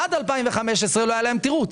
עד 2015 לא היה להם תירוץ,